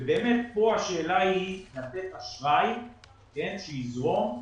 כאן השאלה היא לתת אשראי שיזרום,